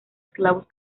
esclavos